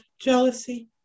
jealousy